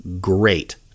great